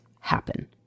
happen